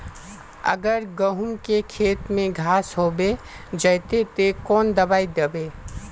अगर गहुम के खेत में घांस होबे जयते ते कौन दबाई दबे?